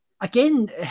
Again